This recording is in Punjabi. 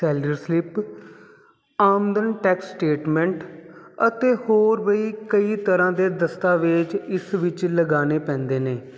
ਸੈਲਰ ਸਲਿਪ ਆਮਦਨ ਟੈਕਸ ਸਟੇਟਮੈਂਟ ਅਤੇ ਹੋਰ ਬਈ ਕਈ ਤਰ੍ਹਾਂ ਦੇ ਦਸਤਾਵੇਜ ਇਸ ਵਿੱਚ ਲਗਾਣੇ ਪੈਂਦੇ ਨੇ